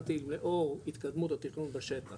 שאלתי אם לאור התקדמות התכנון בשטח